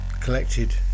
collected